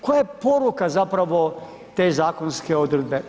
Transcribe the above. Koja je poruka zapravo te zakonske odredbe?